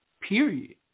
period